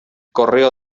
correo